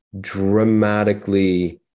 dramatically